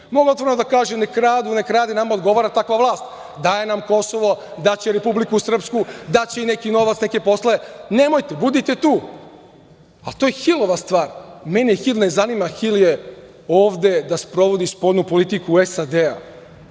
Mogu otvoreno da kažem neka kradu, neka rade, nama odgovara takva vlast. Daje Kosovo, daće Republiku Srpsku, daće i neki novac, nemojte, budite tu, ali to je Hilova stvar. Mene Hil ne zanima, Hil je ovde da sprovodi spoljnu politiku SAD, a